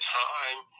time